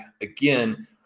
again